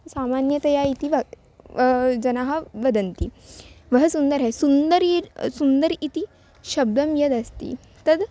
सामान्यतया इति व जनाः वदन्ति वह् सुन्दर् है सुन्दरी सुन्दर् इति शब्दः यदस्ति तद्